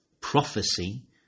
Prophecy